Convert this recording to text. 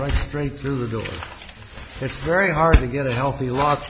right straight through the door it's very hard to get a healthy l